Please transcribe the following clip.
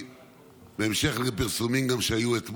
בהמשך לפרסומים שהיו גם אתמול,